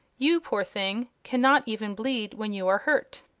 you, poor thing! cannot even bleed when you are hurt.